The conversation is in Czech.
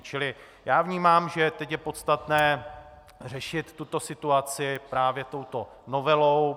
Čili já vnímám, že teď je podstatné řešit situaci právě touto novelou.